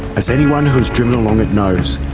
as anyone who's driven along it knows,